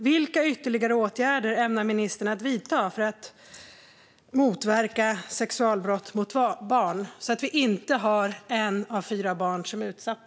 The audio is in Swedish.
Vilka ytterligare åtgärder ämnar ministern att vidta för att motverka sexualbrott mot barn så att vi inte har ett av fyra barn som är utsatt?